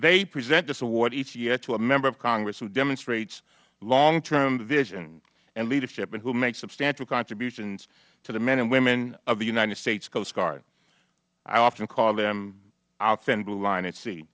they present this award each year to a member of congress who demonstrates longterm vision and leadership and who makes substantial contributions to the men and women of the united states coast guard i often call them our thin blue line at se